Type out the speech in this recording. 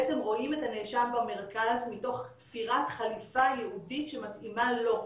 בעצם רואים את הנאשם במרכז מתוך תפירת חליפה ייעודית שמתאימה לו.